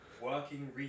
working